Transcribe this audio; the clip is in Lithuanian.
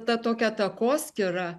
ta tokia takoskyra